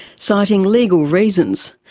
citing legal reasons.